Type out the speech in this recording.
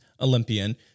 Olympian